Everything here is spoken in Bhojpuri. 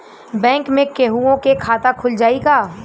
बैंक में केहूओ के खाता खुल जाई का?